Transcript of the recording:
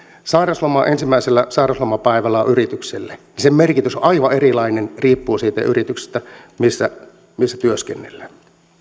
sairausloman ensimmäisellä sairauslomapäivällä on yritykselle niin sen merkitys on aivan erilainen riippuen siitä yrityksestä missä missä työskennellään